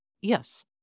Yes